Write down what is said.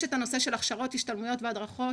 יש את הנושא של הכשרות, השתלמויות והדרכות.